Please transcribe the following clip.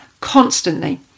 constantly